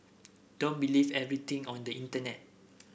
don't believe everything on the internet